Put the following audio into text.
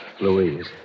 Louise